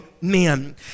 men